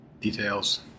Details